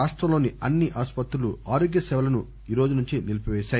రాష్టంలోని అన్ని ఆసుపత్రులు ఆరోగ్య సేవలను ఈరోజు నుంచి నిలిపిపేశాయి